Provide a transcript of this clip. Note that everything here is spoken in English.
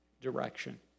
direction